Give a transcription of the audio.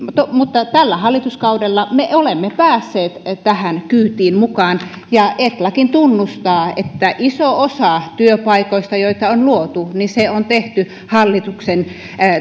mutta tällä hallituskaudella me olemme päässeet tähän kyytiin mukaan ja etlakin tunnustaa että iso osa työpaikoista joita on luotu on tehty hallituksen